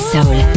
Soul